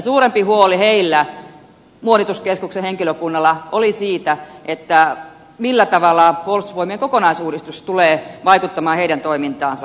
suurempi huoli heillä muonituskeskuksen henkilökunnalla oli siitä millä tavalla puolustusvoimien kokonaisuudistus tulee vaikuttamaan heidän toimintaansa